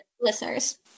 listeners